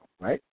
right